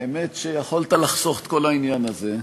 האמת שיכולת לחסוך את כל העניין הזה.